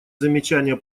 замечания